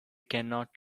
cannot